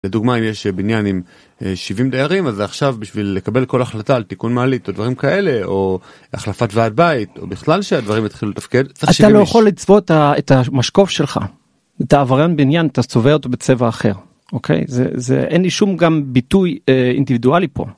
לדוגמא אם יש בניין עם 70 דיירים אז עכשיו בשביל לקבל כל החלטה על תיקון מעלית או דברים כאלה או החלפת ועד בית או בכלל שהדברים יתחילו לתפקד. אתה לא יכול לצבוע את המשקוף שלך, אתה עבריין בניין אן אתה צובע אותו בצבע אחר. אוקיי? זה אין לי שום גם ביטוי אינטלידואלי פה.